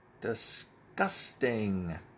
Disgusting